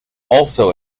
also